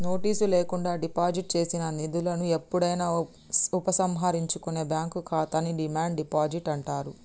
notice లేకుండా deposit చేసిన నిధులను ఎప్పుడైనా ఉపసంహరించుకునే బ్యాంక్ ఖాతాని డిమాండ్ డిపాజిట్ అంటారు